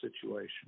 situation